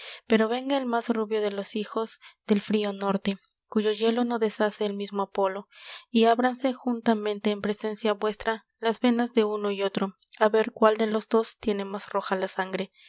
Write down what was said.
pero venga el más rubio de los hijos del frio norte cuyo hielo no deshace el mismo apolo y ábranse juntamente en presencia vuestra las venas de uno y otro á ver cuál de los dos tiene más roja la sangre